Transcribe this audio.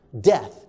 death